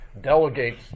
delegates